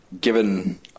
given